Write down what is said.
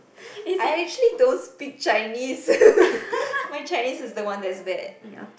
I actually don't speak Chinese my Chinese is the one that's bad ya